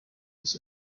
his